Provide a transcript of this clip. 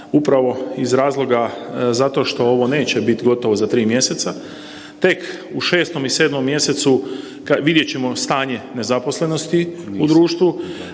upravo iz razloga zato što ovo neće biti gotovo za tri mjeseca, tek u 6. i 7. mjesecu vidjet ćemo stanje nezaposlenosti u društvu,